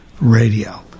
Radio